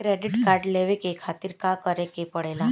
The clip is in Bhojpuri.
क्रेडिट कार्ड लेवे के खातिर का करेके पड़ेला?